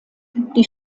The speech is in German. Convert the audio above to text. die